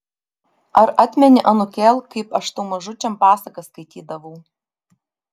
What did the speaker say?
ar atmeni anūkėl kaip aš tau mažučiam pasakas skaitydavau